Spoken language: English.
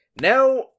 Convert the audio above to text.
Now